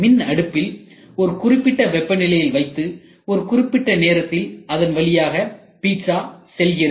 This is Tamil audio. மின் அடுப்பில் ஒரு குறிப்பிட்ட வெப்பநிலையில் வைத்து ஒரு குறிப்பிட்ட நேரத்தில் அதன் வழியாக பீட்சா செல்கிறது